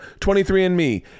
23andMe